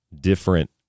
different